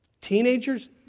Teenagers